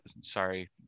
sorry